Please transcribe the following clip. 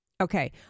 Okay